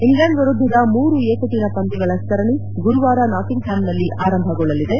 England ವಿರುದ್ದದ ಮೂರು ಏಕದಿನ ಪಂದ್ಯಗಳ ಸರಣಿ ಗುರುವಾರ ನಾಟಿಂಗ್ಹ್ಯಾಮ್ನಲ್ಲಿ ಆರಂಭಗೊಳ್ಳಲಿದೆ